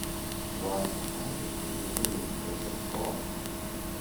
zakio naudai kreipėsi ir vienybės atstovas